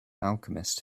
alchemist